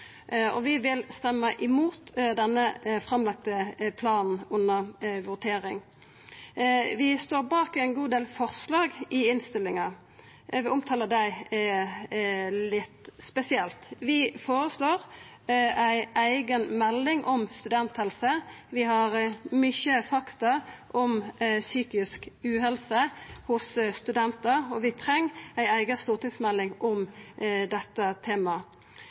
Vi vil stemma mot den framlagde planen under voteringa. Vi står bak ein god del forslag i innstillinga. Eg vil omtala dei litt spesielt. Vi føreslår ei eiga melding om studenthelse. Vi har mykje fakta om psykisk uhelse hos studentar, og vi treng ei eiga stortingsmelding om dette